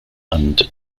and